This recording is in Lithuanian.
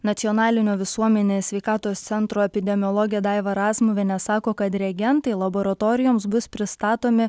nacionalinio visuomenės sveikatos centro epidemiologė daiva razmuvienė sako kad reagentai laboratorijoms bus pristatomi